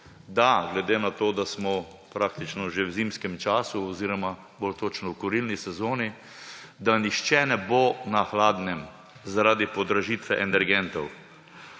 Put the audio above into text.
da glede na to, da smo praktično že v zimskem času oziroma bolj točno v kurilni sezoni, da nihče ne bo na hladnem zaradi podražitve energentov.